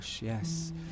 Yes